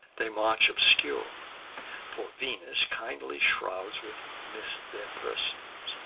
they march, obscure for venus kindly shrouds with mists their persons,